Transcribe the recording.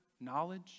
knowledge